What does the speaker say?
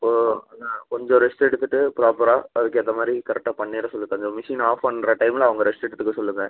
இப்போது நான் கொஞ்சம் ரெஸ்ட் எடுத்துட்டு ப்ராப்பராக அதுக்கேற்ற மாதிரி கரெக்டாக பண்ணிட சொல்லு கொஞ்சம் மிஷின் ஆஃப் பண்ணுற டைம்ல அவங்க ரெஸ்ட் எடுத்துக்க சொல்லுங்கள்